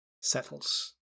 settles